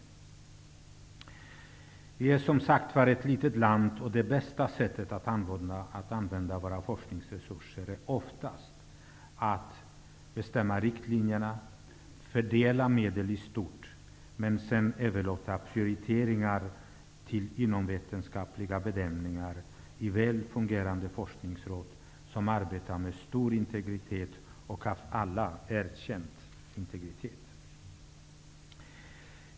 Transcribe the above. Sverige är, som sagt var, ett litet land. Det bästa sättet att använda våra forskningsresurser på är oftast att bestämma riktlinjerna, fördela medel i stort och sedan överlåta prioriteringar till inomvetenskapliga bedömningar i väl fungerande forskningsråd som arbetar med stor och av alla erkänd integritet.